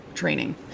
Training